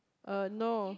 uh no